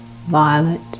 violet